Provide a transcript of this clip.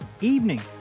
evening